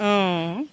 অঁ